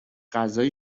غذایی